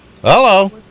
Hello